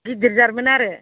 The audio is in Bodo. गिदिर जातमोन आरो